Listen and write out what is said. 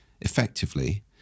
effectively